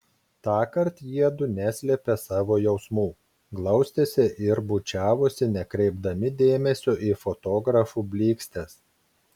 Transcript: tąkart jiedu neslėpė savo jausmų glaustėsi ir bučiavosi nekreipdami dėmesio į fotografų blykstes